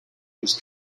his